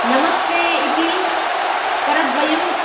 नमस्ते इति करद्वयं